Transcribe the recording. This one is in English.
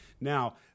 Now